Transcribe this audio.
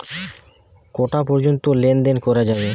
কটা পর্যন্ত লেন দেন করা যাবে?